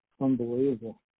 unbelievable